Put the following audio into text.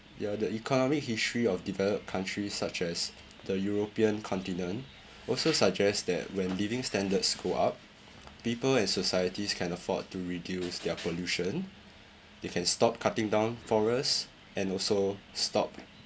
ya the economic history of developed countries such as the european continent also suggests that when living standards go up people and societies can afford to reduce their pollution they can stop cutting down forest and also stop